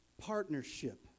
partnership